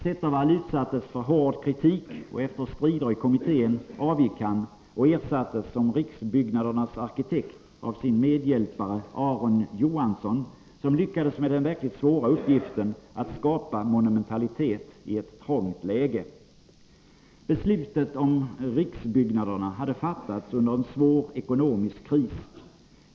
Zettervall utsattes för hård kritik, och efter strider i kommittén avgick han och ersattes som riksbyggnadernas arkitekt av sin medhjälpare Aron Johansson, som lyckades med den verkligt svåra uppgiften att skapa monumentalitet i ett trångt läge. Beslutet om riksbyggnaderna hade fattats under en svår ekonomisk kris.